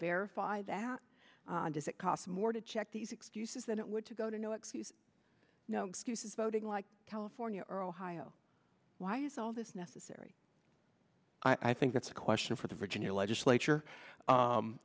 verify that does it cost more to check these excuses than it would to go to no excuse no excuses voting like california or ohio why is all this necessary i think that's a question for the virginia legislature